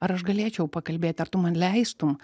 ar aš galėčiau pakalbėt ar tu man leistum